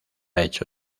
hecho